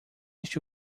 este